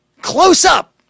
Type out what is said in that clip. close-up